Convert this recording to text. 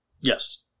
Yes